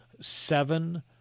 seven